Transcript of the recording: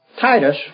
Titus